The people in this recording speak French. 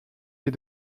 les